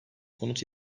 konut